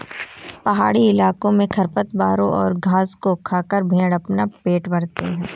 पहाड़ी इलाकों में खरपतवारों और घास को खाकर भेंड़ अपना पेट भरते हैं